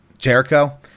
Jericho